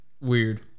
weird